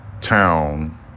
town